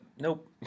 nope